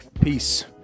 peace